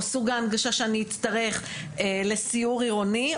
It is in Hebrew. או סוג ההנגשה שאני אצטרך לסיור עירוני,